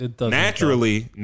Naturally